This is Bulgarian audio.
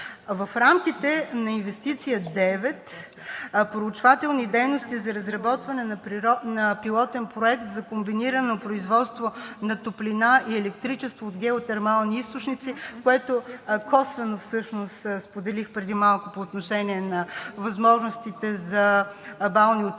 В рамките на Инвестиция 9: „Проучвателни дейности за разработване на пилотен проект за комбинирано производство на топлина и електричество от геотермални източници“, което косвено споделих преди малко по отношение на възможностите за балнеотуризъм,